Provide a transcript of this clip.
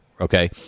okay